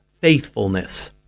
faithfulness